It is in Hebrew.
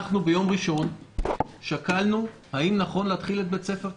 ביום ראשון שקלנו האם נכון להתחיל את בית ספר קיץ,